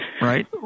right